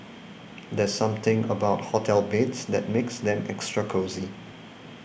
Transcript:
there's something about hotel beds that makes them extra cosy